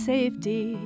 Safety